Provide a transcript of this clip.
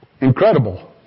Incredible